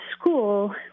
school